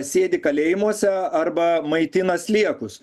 sėdi kalėjimuose arba maitina sliekus